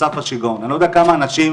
אני לא יודע כמה אנשים